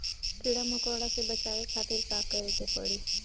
कीड़ा मकोड़ा से बचावे खातिर का करे के पड़ी?